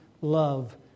love